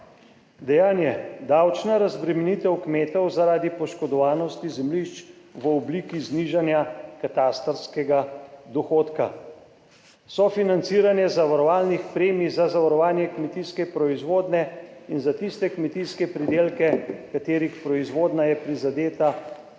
Dejanje: davčna razbremenitev kmetov zaradi poškodovanosti zemljišč v obliki znižanja katastrskega dohodka, sofinanciranje zavarovalnih premij za zavarovanje kmetijske proizvodnje in za tiste kmetijske pridelke, katerih proizvodnja je prizadeta